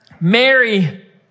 Mary